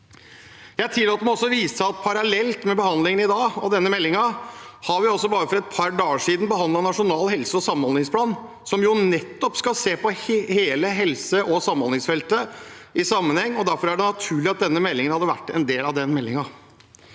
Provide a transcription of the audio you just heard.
Jeg tillater meg også vise til at vi – parallelt med behandlingen av denne meldingen – for bare et par dager siden behandlet Nasjonal helse- og samhandlingsplan, som jo nettopp skal se hele helse- og samhandlingsfeltet i sammenheng. Derfor hadde det vært naturlig at denne meldingen var en del av den meldingen.